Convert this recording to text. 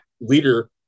leader